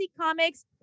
Comics